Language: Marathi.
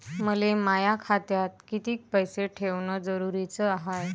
मले माया खात्यात कितीक पैसे ठेवण जरुरीच हाय?